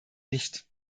nicht